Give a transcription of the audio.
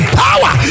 power